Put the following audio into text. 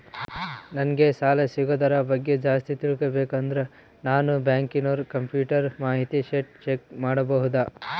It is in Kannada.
ನಂಗೆ ಸಾಲ ಸಿಗೋದರ ಬಗ್ಗೆ ಜಾಸ್ತಿ ತಿಳಕೋಬೇಕಂದ್ರ ನಾನು ಬ್ಯಾಂಕಿನೋರ ಕಂಪ್ಯೂಟರ್ ಮಾಹಿತಿ ಶೇಟ್ ಚೆಕ್ ಮಾಡಬಹುದಾ?